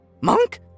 Monk